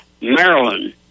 Maryland